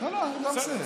לא, אני כבר מסיים.